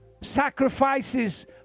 sacrifices